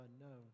unknown